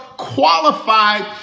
qualified